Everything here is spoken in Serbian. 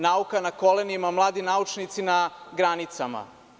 Nauka je na kolenima, a mladi naučnici na granicama.